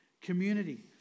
community